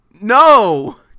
No